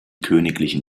königlichen